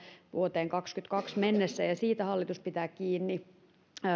vuoteen kahdessakymmenessäkahdessa mennessä ja ja siitä hallitus pitää kiinni